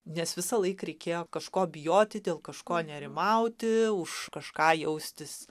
nes visąlaik reikėjo kažko bijoti dėl kažko nerimauti už kažką jaustis